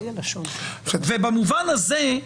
במובן הזה,